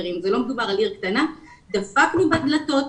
דפקנו בדלתות.